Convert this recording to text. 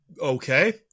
Okay